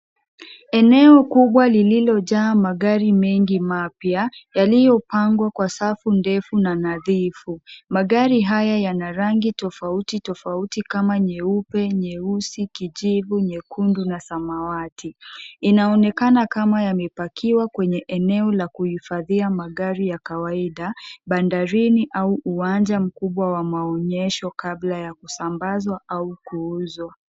Eneo kubwa lililojaa magari mengi mapya yaliyopangwa kwa safu ndefu na nadhifu . Magari haya yana rangi tofauti tofauti kama nyeupe , nyeusi , kijivu , nyekundu na samawati . Inaonekana kama yamepakiwa kwenye eneo la kuhifadhia magari ya kawaida bandarini au uwanja mkubwa wa maonyesho kabla ya kusambazwa au kuuzwa.